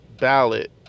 ballot